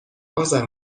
اذر